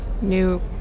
new